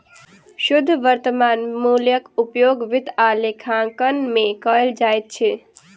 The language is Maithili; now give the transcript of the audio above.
शुद्ध वर्त्तमान मूल्यक उपयोग वित्त आ लेखांकन में कयल जाइत अछि